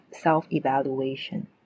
self-evaluation